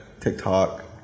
TikTok